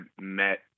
met